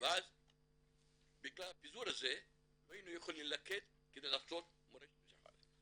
ואז בגלל הפיזור הזה לא היינו יכולים להתלכד כדי לעשות מורשת ---.